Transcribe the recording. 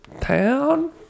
town